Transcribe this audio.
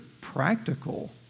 practical